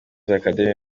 academy